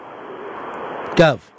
Gov